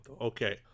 okay